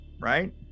right